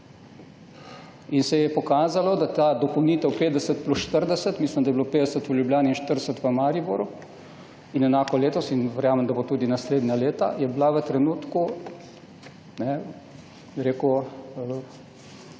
In se je pokazalo, da ta dopolnitev 50 plus 40, mislim, da je bilo 50 v Ljubljani in 40 v Mariboru in enako letos in verjamem, da bo tudi naslednja leta, je bila v trenutku, kajne, bi rekel,